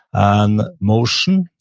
and motion,